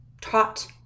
taught